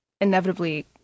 inevitably